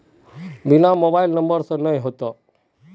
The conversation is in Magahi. बिना मोबाईल नंबर से नहीं होते?